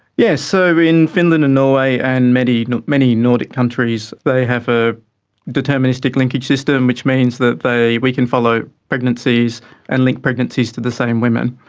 yes, so in finland and norway and many you know many nordic countries they have a deterministic linkage system, which means that we can follow pregnancies and link pregnancies to the same women,